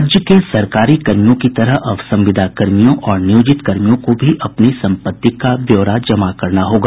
राज्य के सरकारी कर्मियों की तरह अब संविदा कर्मियों और नियोजित कर्मियों को भी अपनी सम्पत्ति का ब्यौरा जमा करना होगा